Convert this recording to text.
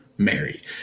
mary